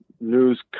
news